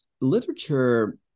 literature